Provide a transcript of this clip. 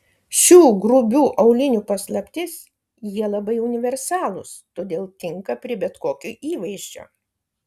šių grubių aulinių paslaptis jie labai universalūs todėl tinka prie bet kokio įvaizdžio